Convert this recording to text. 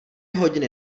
hodiny